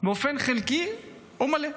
באופן חלקי או מלא,